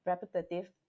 repetitive